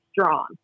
strong